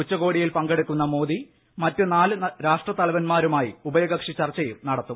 ഉച്ചകോടിയിൽ പങ്കെടുക്കുന്ന മോദി മറ്റ് നാല് രാഷ്ട്രത്തലവൻമാരുമായും ഉഭയകക്ഷിചർച്ചയും നടത്തും